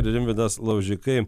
rimvydas laužikai